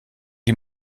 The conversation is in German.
die